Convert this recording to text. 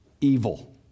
evil